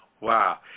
wow